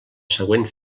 següent